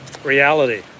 reality